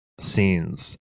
scenes